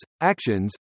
actions